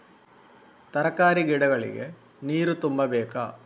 ತರಕಾರಿ ಗಿಡಗಳಿಗೆ ನೀರು ತುಂಬಬೇಕಾ?